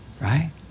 Right